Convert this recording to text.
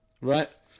Right